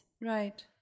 Right